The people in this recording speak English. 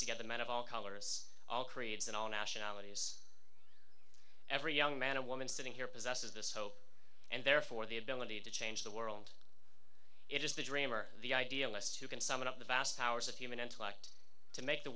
at the men of all colors all creeds and all nationalities every young man or woman sitting here possesses this hope and therefore the ability to change the world it is the dream or the idealists who can summon up the vast powers of human intellect to make the